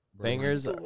Bangers